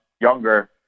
younger